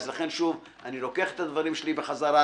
לכן שוב - אני לוקח את דבריי בחזרה,